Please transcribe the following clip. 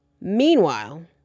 Meanwhile